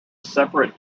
separate